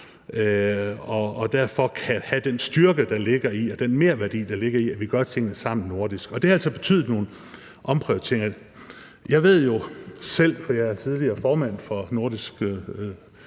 og derfor kan have den styrke og den merværdi, der ligger i, at vi gør tingene sammen i nordisk regi. Og det har altså betydet nogle omprioriteringer. Jeg ved jo selv, for jeg er tidligere formand for Nordisk